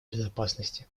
безопасности